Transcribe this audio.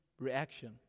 reaction